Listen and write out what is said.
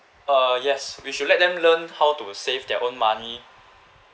uh yes we should let them learn how to save their own money